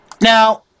now